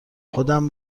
خودم